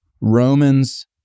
Romans